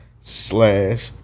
slash